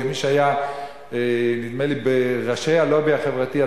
כמי שהיה בראש הלובי החברתי.